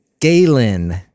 Galen